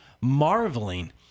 Marveling